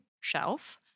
shelf